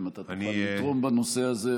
אם אתה תוכל לתרום בנושא הזה,